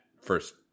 first